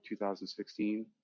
2016